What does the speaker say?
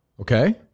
Okay